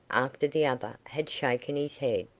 after the other had shaken his head.